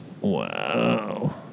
wow